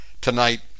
tonight